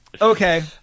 okay